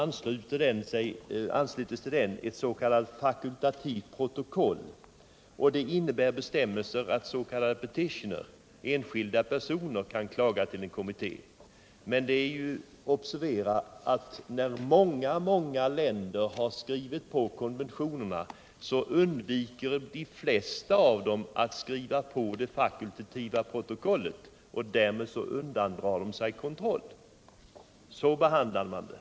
Till den har anslutits ett fakultativt protokoll, och det innehåller bestämmelser om att s.k. petitioners — enskilda personer — kan klaga hos en kommitté. Men det är att observera att medan många länder har skrivit på konventionerna, så undviker de flesta av dem att skriva på det fakultativa protokollet, och därmed undandrar de sig kontroll. Så behandlar man detta.